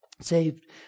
saved